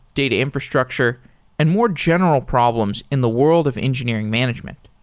data infrastructure and more general problems in the world of engineering management.